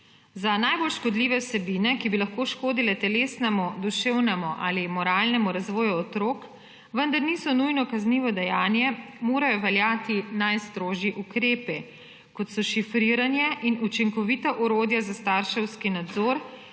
Za najbolj škodljive vsebine, ki bi lahko škodile telesnemu, duševnemu ali moralnemu razvoju otrok, vendar niso nujno kaznivo dejanje, morajo veljati najstrožji ukrepi, kot so šifriranje in učinkovita orodja za starševski nadzor